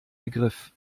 begriff